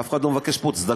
אף אחד לא מבקש פה צדקות.